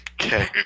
Okay